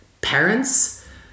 parents